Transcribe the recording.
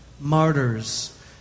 Martyrs